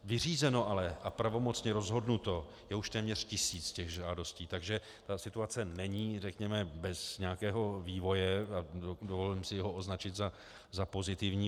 Vyřízeno ale a pravomocně rozhodnuto je už téměř tisíc žádosti, takže ta situace není, řekněme, bez nějakého vývoje a dovolím si ho označit za pozitivní.